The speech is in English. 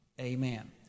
amen